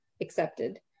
accepted